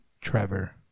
Trevor